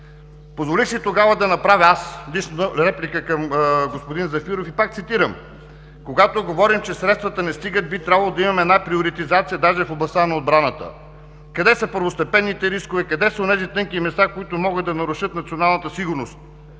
Позволих си да направя реплика към господин Зафиров и пак цитирам: „Когато говорим, че средствата не стигат, би трябвало да имаме една приоритизация дори в областта на отбраната. Къде са първостепенните рискове, къде са онези тънки места, които могат да нарушат националната сигурност?